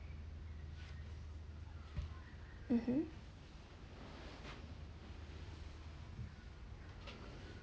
mmhmm